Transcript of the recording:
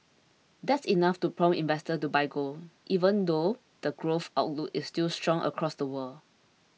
that's enough to prompt investors to buy gold even though the growth outlook is still strong across the world